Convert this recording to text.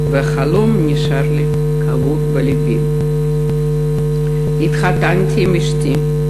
והחלום נשאר לי קבור בלבי / התחתנתי עם אשתי,